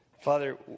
Father